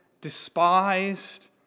despised